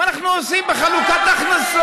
הפוך, אני אומרת את זה בגלוי.